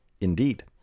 Indeed